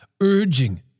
urging